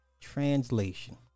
Translation